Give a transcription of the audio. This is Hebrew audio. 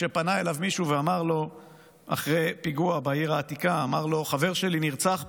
כשפנה אליו מישהו ואחרי הפיגוע בעיר העתיקה אמר לו: חבר שלי נרצח פה,